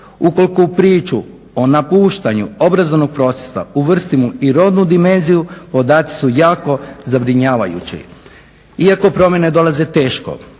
Ukoliko u priču o napuštanju obrazovnog procesa uvrstimo i rodnu dimenziju, podaci su jako zabrinjavajući. Iako promjene dolaze teško,